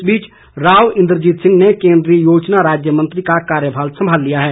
इस बीच राव इन्द्रजीत सिंह ने केन्द्रीय योजना राज्य मंत्री का कार्यभार संभाल लिया है